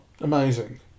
amazing